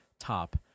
top